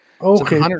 Okay